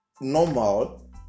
normal